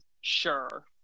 sure